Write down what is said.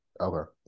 Okay